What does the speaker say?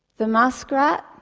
the muskrat,